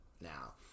now